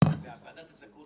וועדת הזכאות